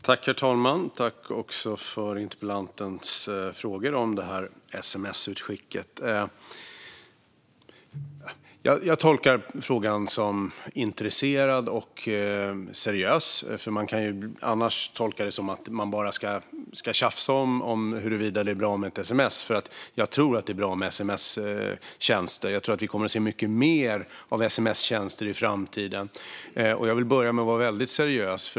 Herr talman! Tack för interpellantens frågor om sms-utskicket! Jag tolkar frågorna som intresserade och seriösa. Man kan ju annars tolka det som att man vill tjafsa om huruvida det är bra med ett sms. Jag tror nämligen att det är bra med sms-tjänster. Jag tror att vi kommer att få se mycket mer av det i framtiden. Jag vill börja med att vara väldigt seriös.